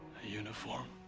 a uniform?